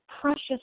precious